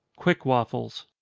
quick waffles.